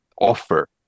offer